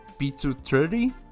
P230